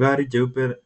Gari jeupe